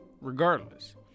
regardless